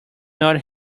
not